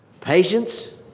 Patience